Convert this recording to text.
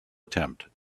attempt